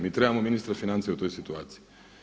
Mi trebamo ministra financija u toj situaciji.